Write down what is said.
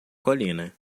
colina